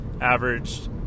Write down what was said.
averaged